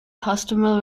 customer